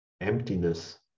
emptiness